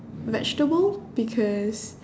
vegetable because